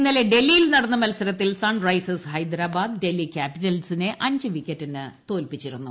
ഇന്നലെ ഡൽഹിയിൽ നടന്ന മത്സരത്തിൽ സൺറൈഡേഴ്സ് ഹൈദരാബാദ് ഡൽഹി ക്യാപ്പിറ്റൽസിനെ അഞ്ച് വിക്കറ്റിന് തോൽപ്പിച്ചിരുന്നു